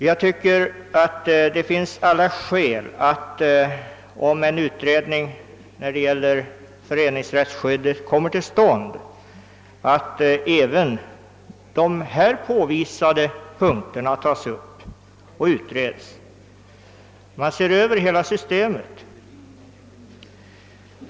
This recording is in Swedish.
Jag tycker att det finns alla skäl för att, om en utredning om föreningsrättsskyddet kommer till stånd, även de nu redovisade punkterna tas upp till behandling. Det bleve alltså en översyn av hela systemet.